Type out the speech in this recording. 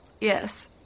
Yes